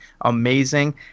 amazing